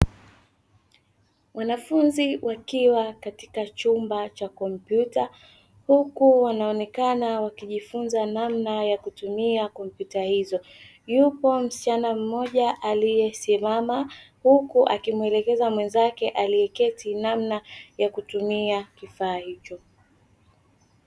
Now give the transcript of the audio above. Wanafunzi wakiwa katika chumba cha kompyuta, huku wanaonekana wakijifunza namna ya kutumia kompyuta hizo. Yupo msichana mmoja aliyesimama, huku akimuelekeza mwenzake aliyeketi namna ya kutumia kifaa hicho.